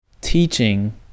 teaching